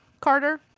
Carter